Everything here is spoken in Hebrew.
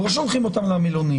אנחנו לא שולחים אותם למלונית